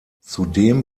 zudem